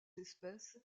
espèces